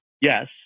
yes